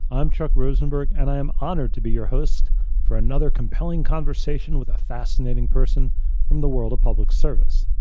i'm chuck rosenberg and i am honored to be your host for another compelling conversation with a fascinating person from the world of public service.